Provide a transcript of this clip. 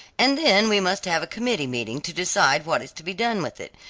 and then we must have a committee meeting to decide what is to be done with it.